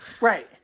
Right